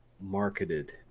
marketed